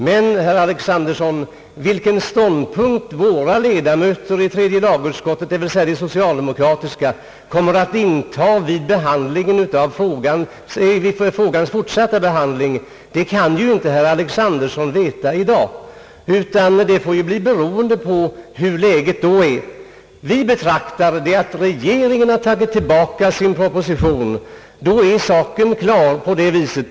Vilken ståndpunkt vi socialdemokra tiska ledamöter i tredje lagutskottet kommer att inta vid frågans fortsatta behandling kan ju inte herr Alexanderson veta i dag, utan det får bli beroende av det kommande läget. Då regeringen har tagit tillbaka sin proposition, anser vi att saken därmed är klar.